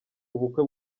ubukwe